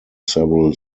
several